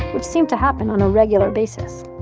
which seemed to happen on a regular basis.